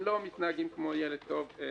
הם לא מתנהגים כמו ילד טוב ירושלים.